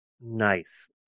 nice